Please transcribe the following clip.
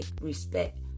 respect